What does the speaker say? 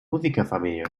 musikerfamilie